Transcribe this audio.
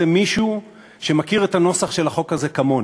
מישהו שמכיר את הנוסח של החוק הזה כמוני.